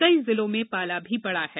कई जिलों में पाला भी पड़ा है